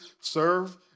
serve